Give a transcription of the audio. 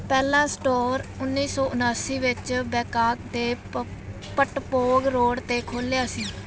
ਪਹਿਲਾ ਸਟੋਰ ਉੱਨੀ ਸੌ ਉਨਾਸੀ ਵਿੱਚ ਬੈਕਾਕ ਦੇ ਪ ਪਟਪੋਗ ਰੋਡ 'ਤੇ ਖੁੱਲ੍ਹਿਆ ਸੀ